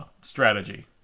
strategy